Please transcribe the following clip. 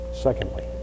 Secondly